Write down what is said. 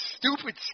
stupid